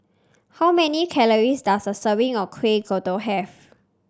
how many calories does a serving of Kueh Kodok have